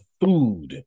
food